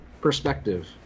perspective